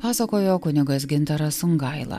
pasakojo kunigas gintaras sungaila